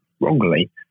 wrongly